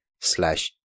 slash